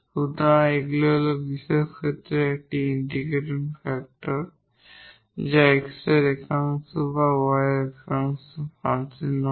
সুতরাং এগুলি হল বিশেষ ক্ষেত্রে একটি ইন্টিগ্রেটিং ফ্যাক্টর I যা x এর একাংশ বা y এর একটি ফাংশন হয়